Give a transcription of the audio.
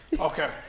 Okay